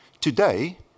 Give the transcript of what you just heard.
Today